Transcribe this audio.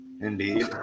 indeed